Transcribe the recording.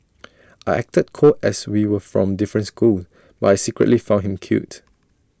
I acted cold as we were from different schools but I secretly found him cute